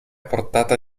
portata